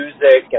music